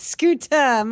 Scooter